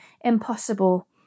impossible